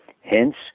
Hence